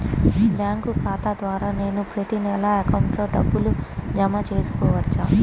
Bank ఖాతా ద్వారా నేను ప్రతి నెల అకౌంట్లో డబ్బులు జమ చేసుకోవచ్చా?